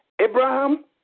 Abraham